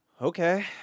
Okay